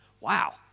Wow